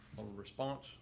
of a response